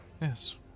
Yes